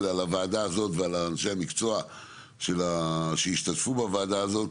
על הוועדה הזאת ועל אנשי המקצוע שישתתפו בוועדה הזאת